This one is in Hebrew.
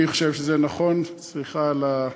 אני חושב שזה נכון, וסליחה על,